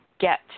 get